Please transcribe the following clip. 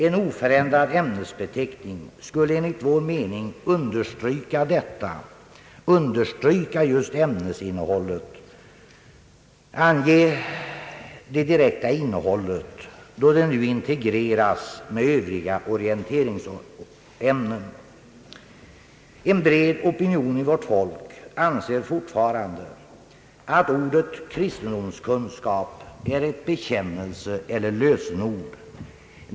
En oförändrad ämnesbeteckning skulle enligt vår mening understryka detta och ange det direkta ämnesinnehållet, då det nu integreras med övriga orienteringsämnen. En bred opinion inom vårt folk anser fortfarande att ordet »kristendomskunskap» är ett bekännelseeller lösenord.